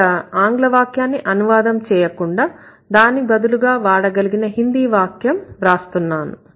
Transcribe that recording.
ఇక్కడ ఆంగ్ల వాక్యాన్ని అనువాదం చేయకుండా దాని బదులుగా వాడగలిగిన హిందీ వాక్యం వ్రాస్తున్నాను